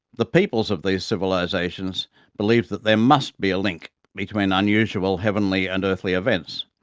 the peoples of these civilizations believed that there must be a link between unusual heavenly and earthly events.